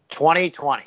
2020